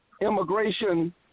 immigration